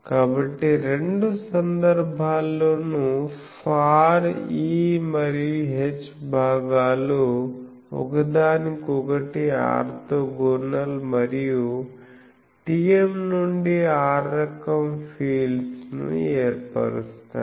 కాబట్టి రెండు సందర్భాల్లోనూ ఫార్ E మరియు H భాగాలు ఒకదానికొకటి ఆర్తోగోనల్ మరియు TM నుండి r రకం ఫీల్డ్స్ ను ఏర్పరుస్తాయి